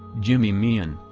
jimmy meehan,